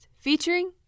featuring